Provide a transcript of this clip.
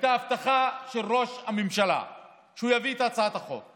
הייתה הבטחה של ראש הממשלה שהוא יביא את הצעת החוק.